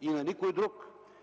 и на никой друг.